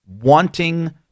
wanting